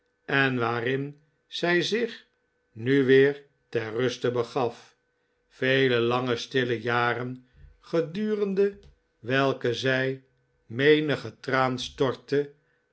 en waarin zij zich nu weer ter ruste begaf vele lange stille jaren gedurende welke zij menigen traan stortte